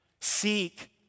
Seek